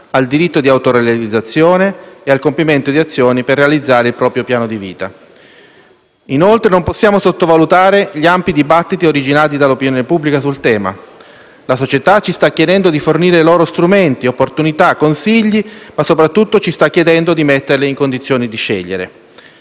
al diritto di autorealizzazione e al compimento di azioni per realizzare il proprio piano di vita. Inoltre, non possiamo sottovalutare gli ampi dibattiti originati dall'opinione pubblica sul tema. La società ci sta chiedendo di fornirle strumenti, opportunità e consigli, ma soprattutto ci sta chiedendo di metterla in condizioni di scegliere.